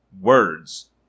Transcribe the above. words